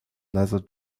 leather